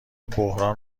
بحران